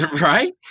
right